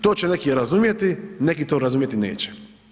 To će neki razumjeti, neki to razumjeti neće.